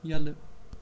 یلہٕ